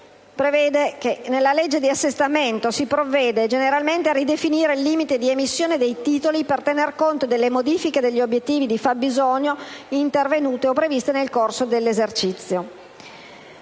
ricorda che «la legge di assestamento provvede generalmente a ridefinire il limite di emissione dei titoli per tener conto delle modifiche degli obiettivi di fabbisogno intervenute o previste nel corso dell'esercizio».